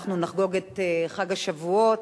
אנחנו נחגוג את חג השבועות,